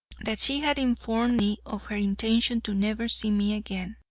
that she had informed me of her intention to never see me again.